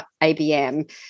ABM